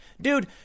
Dude